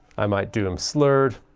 i might do them slurred.